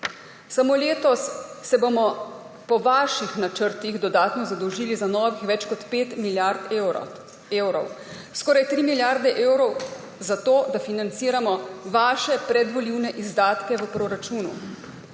Samo letos se bomo po vaših načrtih dodatno zadolžili za novih več kot 5 milijard evrov. Skoraj 3 milijarde evrov za to, da financiramo vaše predvolilne izdatke v proračunu.